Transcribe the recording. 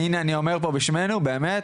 הנה אני אומר פה בשמנו באמת,